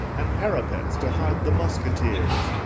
and parapets to hide the musketeers,